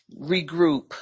regroup